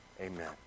amen